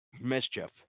Mischief